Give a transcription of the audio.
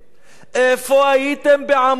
איפה הייתם בעמונה,